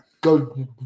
Go